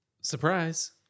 Surprise